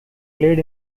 played